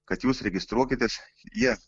kad jūs registruokitės jie